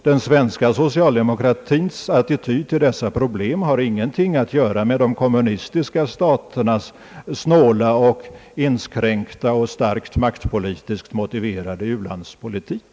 Den svenska socialdemokratins attityd till dessa problem har inget att göra med de kommunistiska staternas snåla, inskränkta och maktpolitiskt motiverade u-landspolitik.